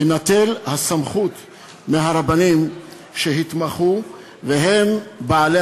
תינטל הסמכות מהרבנים שהתמחו והם בעלי